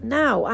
now